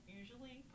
usually